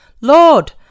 Lord